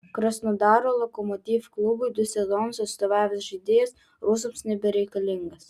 krasnodaro lokomotiv klubui du sezonus atstovavęs žaidėjas rusams nebereikalingas